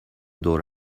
دور